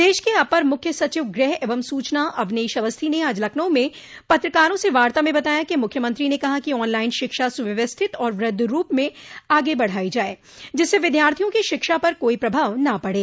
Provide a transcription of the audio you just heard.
प्रदेश के अपर मुख्य सचिव गृह एवं सूचना अवनीश अवस्थी ने आज लखनऊ में पत्रकारों से वार्ता में बताया कि मुख्यमंत्री ने कहा कि ऑनलाइन शिक्षा सुव्यवस्थित और वृहद रूप से आगे बढ़ायी जाये जिससे विद्यार्थियों की शिक्षा पर कोई प्रभाव न पड़े